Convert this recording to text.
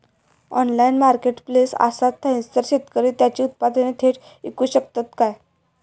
Online marketplace असा थयसर शेतकरी त्यांची उत्पादने थेट इकू शकतत काय?